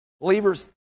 Believers